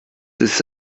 ist